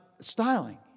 styling